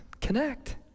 Connect